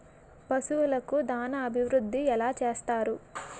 పశువులకు దాన అభివృద్ధి ఎలా చేస్తారు?